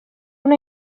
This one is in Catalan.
una